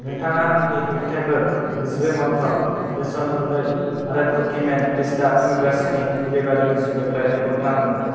नोंथाङा आंनि दिहुनथाइफोर नैजिब्रै मन्त्र बेसन गुन्दै आरो कुकिमेन पिस्ता फिंगार्स नि डेलिबारिनि समनिफ्राय नै घन्टा उन